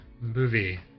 movie